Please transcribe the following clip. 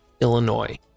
illinois